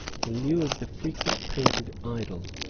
in lieu of the frequent painted idol,